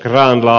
rantala